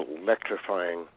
electrifying